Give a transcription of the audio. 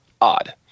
odd